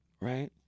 right